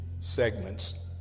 segments